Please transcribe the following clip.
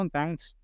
Thanks